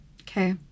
Okay